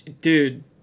dude